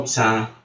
time